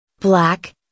Black